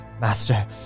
Master